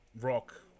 Rock